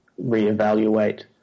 reevaluate